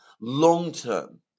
long-term